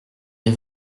les